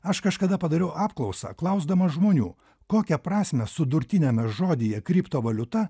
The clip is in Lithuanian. aš kažkada padariau apklausą klausdamas žmonių kokią prasmę sudurtiniame žodyje kriptovaliuta